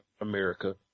America